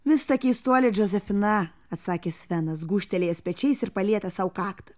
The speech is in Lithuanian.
vis ta keistuolė džozefina atsakė svenas gūžtelėjęs pečiais ir palietęs sau kaktą